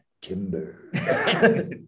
timber